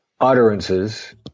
utterances